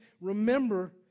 remember